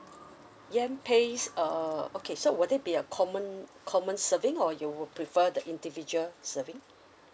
yam paste uh okay so will that be a common common serving or you would prefer the individual serving